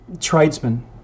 tradesman